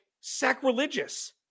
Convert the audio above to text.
sacrilegious